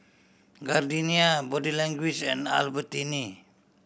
Gardenia Body Language and Albertini